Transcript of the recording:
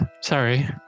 sorry